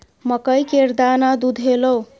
मकइ केर दाना दुधेलौ?